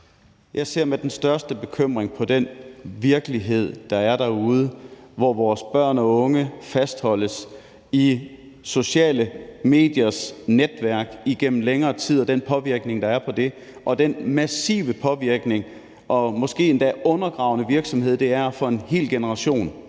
Jeg ser med den største bekymring på den virkelighed, der er derude, hvor vores børn og unge fastholdes i sociale mediers netværk igennem længere tid, og den påvirkning, der er fra det, og den massive påvirkning og måske endda undergravende virksomhed, det er for en hel generation.